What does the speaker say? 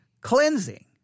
cleansing